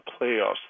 playoffs